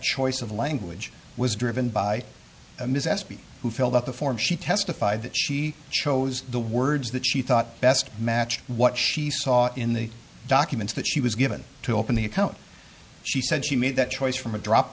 choice of language was driven by ms s p who filled out the form she testified that she chose the words that she thought best match what she saw in the documents that she was given to open the account she said she made that choice from a drop